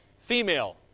female